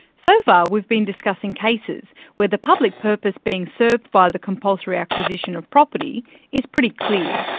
so far, we've been discussing cases where the public purpose being served by the compulsory acquisition of property is pretty clear.